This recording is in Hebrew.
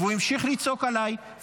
והוא המשיך לצעוק עליי.